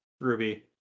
Ruby